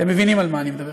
אתם מבינים על מה אני מדבר.